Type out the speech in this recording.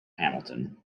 hamilton